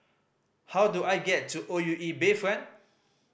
how do I get to O U E Bayfront